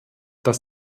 dass